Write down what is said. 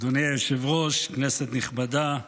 אדוני היושב-ראש, כנסת נכבדה,